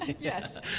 yes